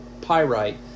pyrite